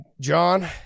John